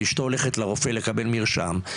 ואשתו הולכת לרופא לקבל מרשם,